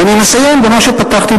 ואני מסיים במה שפתחתי,